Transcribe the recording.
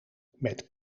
met